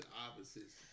opposites